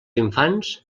infants